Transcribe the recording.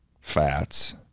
fats